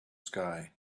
sky